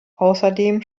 außerdem